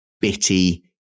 bitty